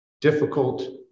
difficult